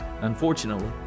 Unfortunately